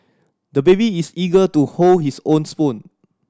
the baby is eager to hold his own spoon